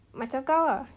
macam kau lah